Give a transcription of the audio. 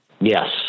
Yes